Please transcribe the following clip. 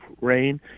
rain